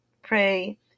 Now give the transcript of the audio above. pray